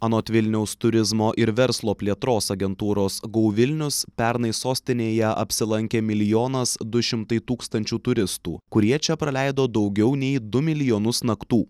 anot vilniaus turizmo ir verslo plėtros agentūros gou vilnius pernai sostinėje apsilankė milijonas du šimtai tūkstančių turistų kurie čia praleido daugiau nei du milijonus naktų